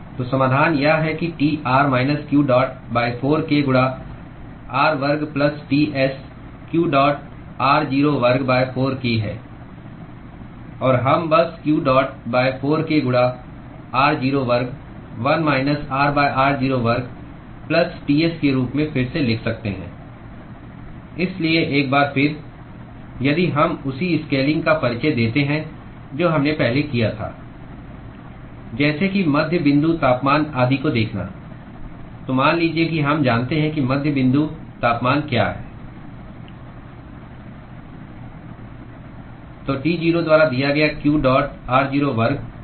तो समाधान यह है कि T r minus q dot 4 k गुणा r वर्ग plus Ts q dot r0 वर्ग 4 k है और हम बस q डॉट 4 k गुणा r0 वर्ग 1 माइनस r r0 वर्ग प्लस Ts के रूप में फिर से लिख सकते हैं इसलिए एक बार फिर यदि हम उसी स्केलिंग का परिचय देते हैं जो हमने पहले किया था जैसे कि मध्य बिंदु तापमान आदि को देखना तो मान लीजिए कि हम जानते हैं कि मध्य बिंदु तापमान क्या है तो T0 द्वारा दिया गया q डॉट r0 वर्ग 4 k प्लस Ts है